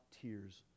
tears